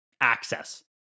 access